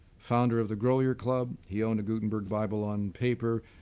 founder of the grolier club. he owned a gutenberg bible on paper,